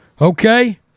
Okay